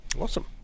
Awesome